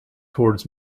towards